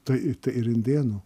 tai ir indėnų